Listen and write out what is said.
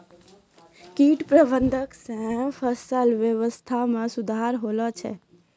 कीट प्रबंधक से फसल वेवस्था मे सुधार होलो छै